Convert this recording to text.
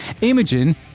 Imogen